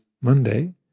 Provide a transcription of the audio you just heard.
Monday